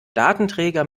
datenträger